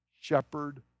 shepherd